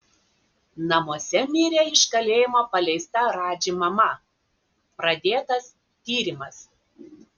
namuose mirė iš kalėjimo paleista radži mama pradėtas tyrimas